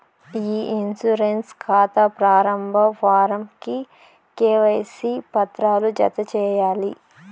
ఇ insurance కాతా ప్రారంబ form కి కేవైసీ పత్రాలు జత చేయాలి